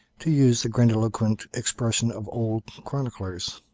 to use the grandiloquent expression of old chroniclers